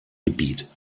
gebiet